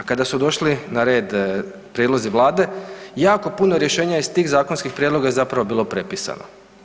A kada su došli na red prijedlozi Vlade jako puno rješenja iz tih zakonskih prijedloga je zapravo bilo prepisano.